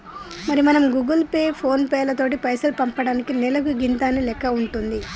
మరి మనం Google Pay ఫోన్ పేలతోటి పైసలు పంపటానికి నెలకు గింత అనే లెక్క ఉంటుంది